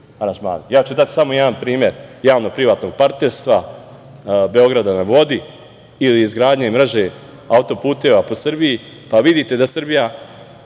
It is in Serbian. samo jedan primer javno-privatnog partnerstva „Beograda na vodi“ ili izgradnje i mreže autoputeva u Srbiji, pa vidite da Srbija